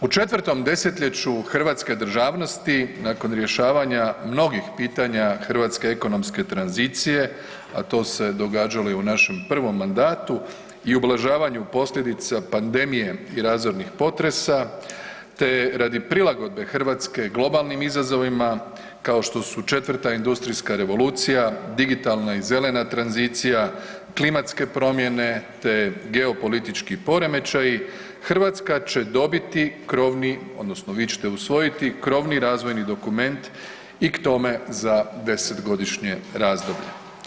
U četvrtom desetljeću hrvatske državnosti nakon rješavanja mnogih pitanja hrvatske ekonomske tranzicije, a to se događalo i u našem prvom mandatu i ublažavanju posljedica pandemije i razornih potresa te radi prilagodbe Hrvatske globalnim izazovima kao što su 4. industrijska revolucija, digitalna i zelena tranzicija, klimatske promjene te geopolitički poremećaji, Hrvatska će dobiti krovni odnosno, vi ćete usvojiti krovni razvojni dokument i k tome za 10-godišnje razdoblje.